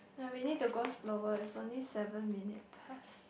ya we need to go slower is only seven minutes past